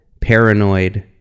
paranoid